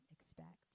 expect